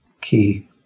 key